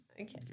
Okay